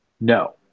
No